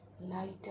lighter